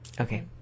Okay